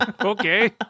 Okay